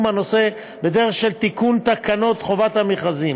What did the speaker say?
הנושא בדרך של תיקון תקנות חובת המכרזים.